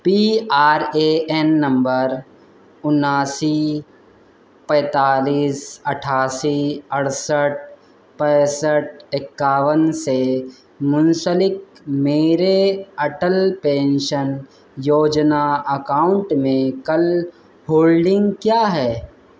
P R A N number اناسی پینتالیس اٹھاسی اڑسٹھ پینسٹھ اکیاون سے منسلک میرے اٹل پینشن یوجنا اکاؤنٹ میں کل ہولڈنگ کیا ہے